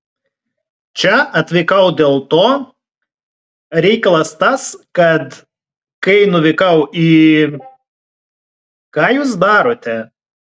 čia atvykau dėl to reikalas tas kad kai nuvykau į ką jūs darote